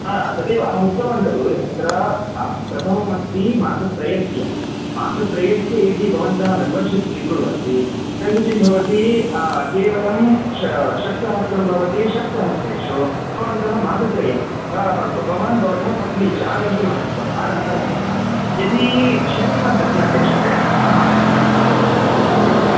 हा तदेव अहम् उक्तवान् खलु तत्र प्रथममस्ति मासत्रयस्य मासत्रयस्य यदि भवन्तः मेम्बंर्शिप् स्वीकुर्वन्ति तर्हिः किं भवति केवलं ष षड् सहस्रं भवति षड्सहस्रेषु भवन्तः मासत्रयं भवान् भवतः पत्नी च आगन्तुम् अर्हतः अर्ह अर्हतः यदि षण्मासस्य अपेक्ष्यते हा किम्